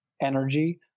Energy